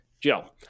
Joe